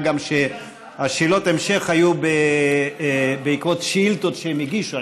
מה גם ששאלות ההמשך היו בעקבות שאילתות שהם הגישו.